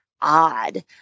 odd